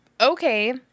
Okay